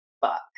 fuck